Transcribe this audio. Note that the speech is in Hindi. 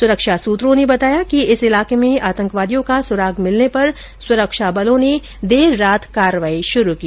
सुरक्षा सुत्रों ने बताया कि इस इलाके में आतंकवादियों का सुराग मिलने पर सुरक्षा बलों ने देर रात कार्रवाई शुरू की